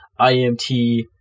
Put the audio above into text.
imt